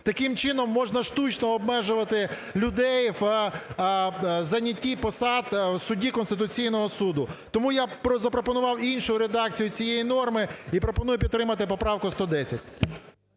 Таким чином можна штучно обмежувати людей в зайнятті посад судді Конституційного Суду. Тому я запропонував іншу редакцію цієї норми і пропоную підтримати поправку 110.